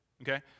okay